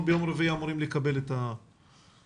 אנחנו ביום רביעי אמורים לקבל את ה- -- כן.